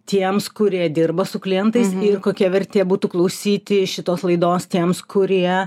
tiems kurie dirba su klientais ir kokia vertė būtų klausyti šitos laidos tiems kurie